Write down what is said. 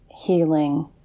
healing